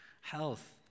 health